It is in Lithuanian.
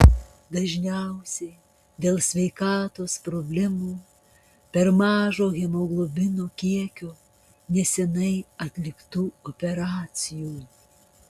dažniausiai dėl sveikatos problemų per mažo hemoglobino kiekio neseniai atliktų operacijų